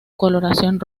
coloración